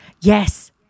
Yes